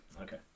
Okay